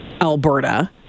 Alberta